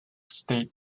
state